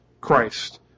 Christ